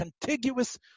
contiguous